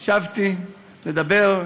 שבתי לדבר,